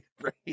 Right